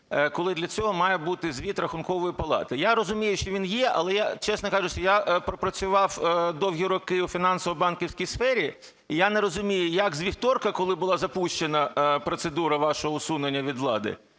коли для цього має бути звіт Рахункової палати? Я розумію, що він є. Але, чесно кажучи, я пропрацював довгі роки у фінансово-банківській сфері, і я не розумію, як з вівторка, коли була запущена процедура вашого усунення від влади,